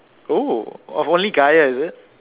oo of only Gaia is it